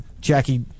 Jackie